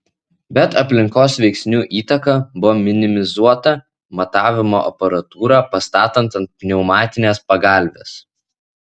bet aplinkos veiksnių įtaka buvo minimizuota matavimo aparatūrą pastatant ant pneumatinės pagalvės